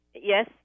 Yes